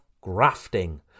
grafting